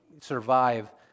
survive